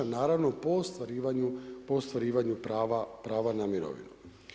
Naravno, po ostvarivanju prava na mirovinu.